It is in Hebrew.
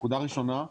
ראשית,